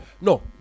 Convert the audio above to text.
No